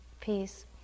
peace